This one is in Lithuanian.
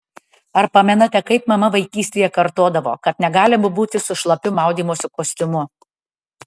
ar pamenate kaip mama vaikystėje kartodavo kad negalima būti su šlapiu maudymosi kostiumu